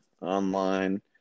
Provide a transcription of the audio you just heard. online